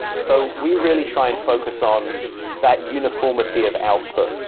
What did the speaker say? so we really try and focus on that uniformity of output,